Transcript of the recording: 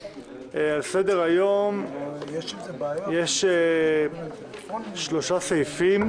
על סדר-היום יש שלושה סעיפים: